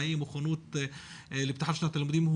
באי-הנכונות לפתוח את שנת הלימודים,